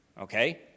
Okay